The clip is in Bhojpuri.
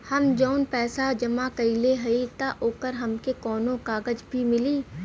हम जवन पैसा जमा कइले हई त ओकर हमके कौनो कागज भी मिली?